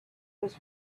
was